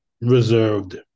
reserved